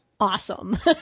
Awesome